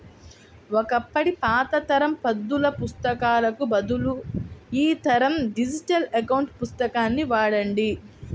ఒకప్పటి పాత తరం పద్దుల పుస్తకాలకు బదులు ఈ తరం డిజిటల్ అకౌంట్ పుస్తకాన్ని వాడండి